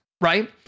right